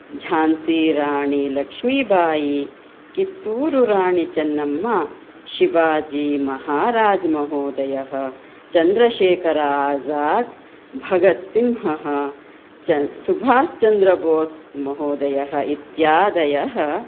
झान्सिराणिलक्ष्मिबायि कित्तूरुराणिचेन्नम्मा शिवाजिमहाराज्महोदयः चन्द्रशेखर आजाद् भगत् सिंहः च सुभाश्चन्द्रबोस् महोदयः इत्यादयः